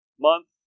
month